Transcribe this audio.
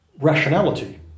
rationality